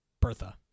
Bertha